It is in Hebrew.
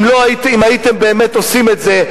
אם הייתם באמת עושים את זה,